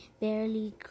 barely